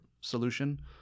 solution